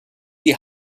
die